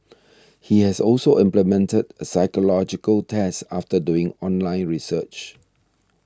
he has also implemented a psychological test after doing online research